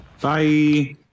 Bye